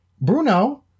Bruno